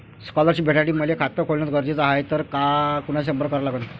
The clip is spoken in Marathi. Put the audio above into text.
स्कॉलरशिप भेटासाठी मले खात खोलने गरजेचे हाय तर कुणाशी संपर्क करा लागन?